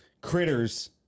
Critters